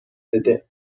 بده